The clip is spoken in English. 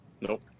Nope